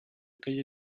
calle